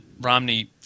Romney